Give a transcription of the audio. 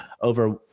over